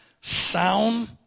sound